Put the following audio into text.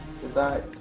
Goodbye